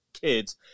Kids